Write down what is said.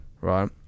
Right